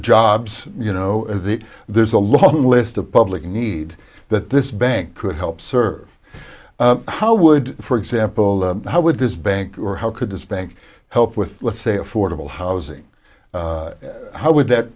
jobs you know the there's a long list of public needs that this bank could help serve how would for example how would this bank how could this bank help with let's say affordable housing how would that